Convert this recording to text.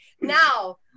Now